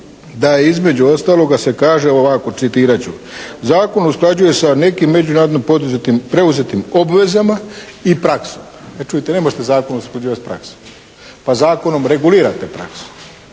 da između ostaloga se kaže ovako, citirat ću: "Zakon usklađuje sa nekim međunarodnom preuzetim obvezama i praksom." Čujte, ne možete zakon uspoređivati s praksom, pa zakonom regulirate praksu.